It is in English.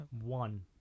One